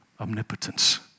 omnipotence